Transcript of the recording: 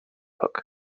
koch